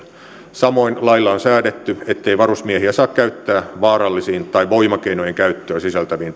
samoin lailla on säädetty ettei varusmiehiä saa käyttää vaarallisiin tai voimakeinojen käyttöä sisältäviin